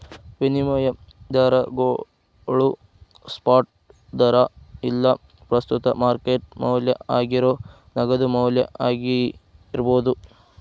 ವಿನಿಮಯ ದರಗೋಳು ಸ್ಪಾಟ್ ದರಾ ಇಲ್ಲಾ ಪ್ರಸ್ತುತ ಮಾರ್ಕೆಟ್ ಮೌಲ್ಯ ಆಗೇರೋ ನಗದು ಮೌಲ್ಯ ಆಗಿರ್ಬೋದು